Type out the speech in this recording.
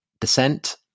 descent